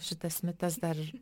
šitas mitas dar